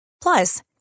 Plus